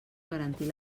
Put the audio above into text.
garantir